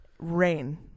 rain